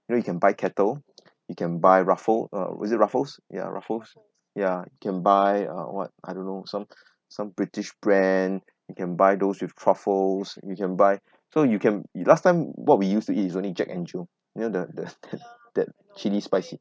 now you can buy Kettle you can buy Ruffle uh was it Ruffles ya Ruffles yeah can buy uh what I don't know some some british brand you can buy those with truffles you can buy so you can last time what we used to eat is only Jack 'n Jill you know the the that chili spicy